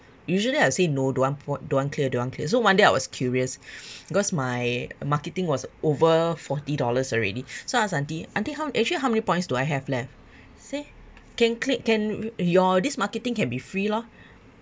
usually I will say no don't want poi~ don't want clear so one day I was curious because my marketing was over forty dollars already so I ask aunty aunty how actually how many points do I have left say can click can your this marketing can be free lor